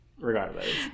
regardless